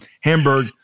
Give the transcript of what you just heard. Hamburg